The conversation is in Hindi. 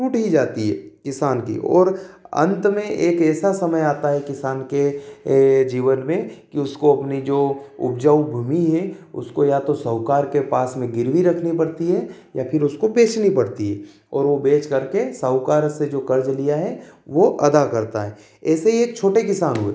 टूट ही जाती है किसान की अंत में एक ऐसा समय आता है किसान के जीवन में कि उसको जो अपनी उपजाऊ भूमि है उसको या तो साहूकार के पास मन गिरवी रखनी पड़ती है या फिर उसको बेचनी पड़ती है और बेचकर के साहूकार से जो कर्ज लिया है वो अदा करता है ऐसे ही एक छोटे किसान हुए